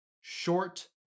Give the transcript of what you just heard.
short